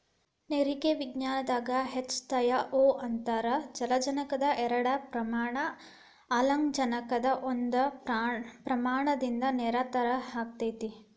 ನೇರಿಗೆ ವಿಜ್ಞಾನದಾಗ H two O ಅಂತಾರ ಜಲಜನಕದ ಎರಡ ಪ್ರಮಾಣ ಆಮ್ಲಜನಕದ ಒಂದ ಪ್ರಮಾಣದಿಂದ ನೇರ ತಯಾರ ಆಗೆತಿ